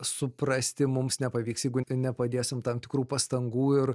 suprasti mums nepavyks jeigu nepadėsim tam tikrų pastangų ir